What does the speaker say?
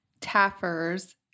Taffers